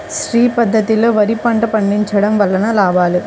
శ్రీ పద్ధతిలో వరి పంట పండించడం వలన లాభాలు?